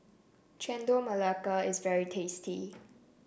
Chendol Melaka is very tasty